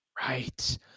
Right